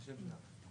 בבקשה.